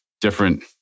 different